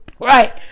right